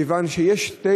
מכיוון שיש שני